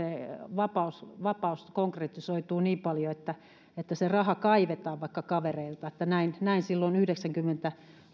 se vapaus konkretisoituu niin paljon että että se raha kaivetaan vaikka kavereilta nämä muistoja yhdeksänkymmentä